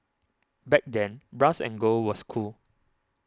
back then brass and gold was cool